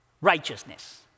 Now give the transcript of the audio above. Righteousness